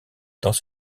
dans